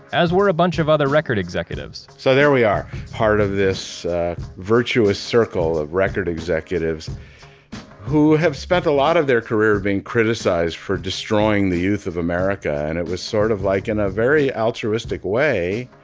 as were a bunch of other record executives. so there we are, part of this virtuous circle of record executives who have spent a lot of their career being criticized for destroying the youth of america. and it was sort of like in a very altruistic way.